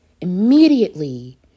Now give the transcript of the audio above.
immediately